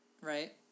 right